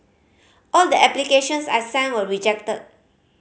all the applications I sent were rejected